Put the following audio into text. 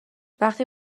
وقتی